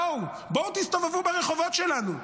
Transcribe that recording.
בואו, בואו תסתובבו ברחובות שלנו,